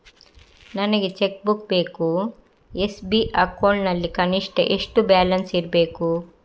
ನನಗೆ cheque book ಬೇಕು SB account ನಲ್ಲಿ ಕನಿಷ್ಠ ಎಷ್ಟು ಬ್ಯಾಲೆನ್ಸ್ ಇರಬೇಕು?